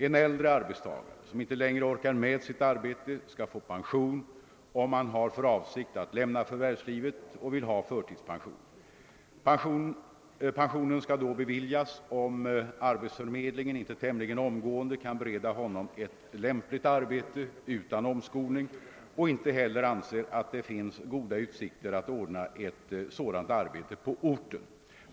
En äldre arbetstagare, som inte längre orkar med sitt arbete, skall få pension om han har för avsikt att lämna förvärvslivet och vill ha förtidspension. Pensionen skall då beviljas om arbetsförmedlingen inte tämligen omgående kan bereda honom ett lämpligt arbete — utan omskolning — och inte heller anser att det finns goda utsikter att ordna ett sådant arbete på orten.